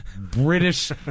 British